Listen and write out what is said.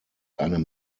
einem